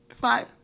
Five